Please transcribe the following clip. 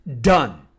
Done